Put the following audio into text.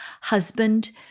husband